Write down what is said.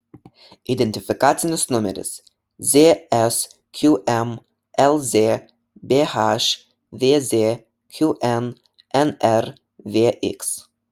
identifikacinis numeris zsqm lzbh vzqn nrvx